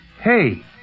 Hey